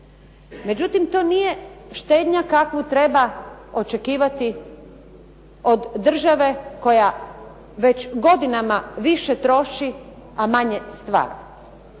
Međutim, to nije štednja kakvu treba očekivati od države koja već godinama više troši, a manje stvara.